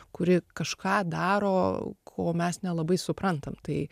kuri kažką daro ko mes nelabai suprantam tai